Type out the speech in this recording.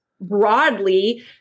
broadly